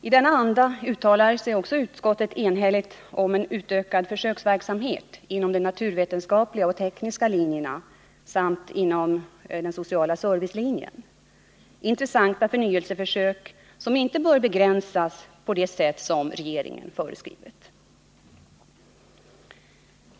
I denna anda uttalar sig utskottet också enhälligt för en utökad försöksverksamhet inom de naturvetenskapliga och tekniska linjerna samt inom den sociala servicelinjen — intressanta förnyelseförsök som inte bör begränsas på det sätt regeringen föreskrivit.